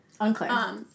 Unclear